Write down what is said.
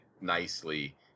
nicely